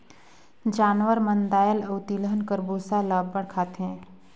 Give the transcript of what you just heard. जानवर मन दाएल अउ तिलहन कर बूसा ल अब्बड़ खाथें